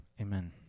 amen